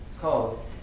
called